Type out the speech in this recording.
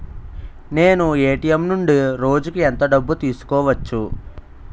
నేను ఎ.టి.ఎం నుండి రోజుకు ఎంత డబ్బు తీసుకోవచ్చు?